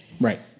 Right